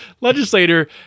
legislator